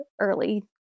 early